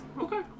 Okay